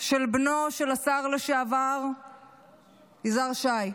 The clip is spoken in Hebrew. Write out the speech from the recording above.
של בנו של השר לשעבר יזהר שי,